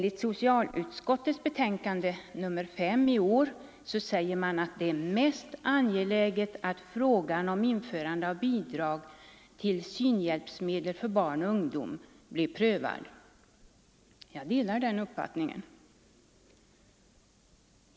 I socialutskottets betänkande nr 5 i år säger man att det är mest angeläget att frågan om införande av bidrag till synhjälpmedel för barn och ungdom blir prövad. Jag delar den uppfattningen.